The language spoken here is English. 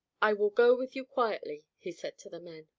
i will go with you quietly, he said to the men.